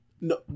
No